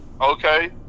okay